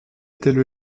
étaient